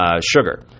sugar